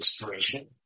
inspiration